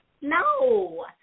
No